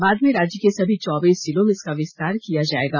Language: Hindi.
बाद में राज्य के सभी चौबीस जिलों में इसका विस्तार किया जाएगा